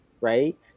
right